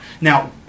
Now